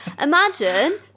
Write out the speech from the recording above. Imagine